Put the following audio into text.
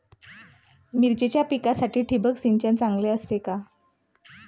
मिरचीच्या पिकासाठी ठिबक सिंचन चांगले आहे का?